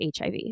HIV